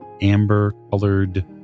amber-colored